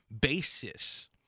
basis